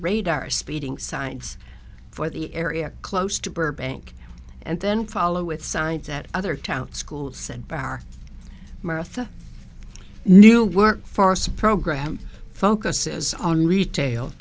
radar speeding signs for the area close to burbank and then follow with signs at other town school said by our martha new workforce program focuses on retail